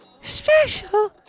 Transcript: special